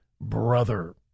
Brother